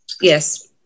Yes